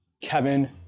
kevin